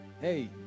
Hey